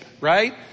right